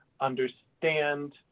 understand